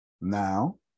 Now